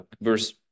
Verse